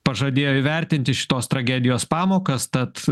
pažadėjo įvertinti šitos tragedijos pamokas tad